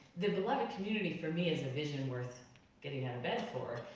the beloved community for me is a vision worth getting bed for.